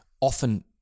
often